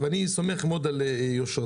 ואני סומך מאוד על יושרתך,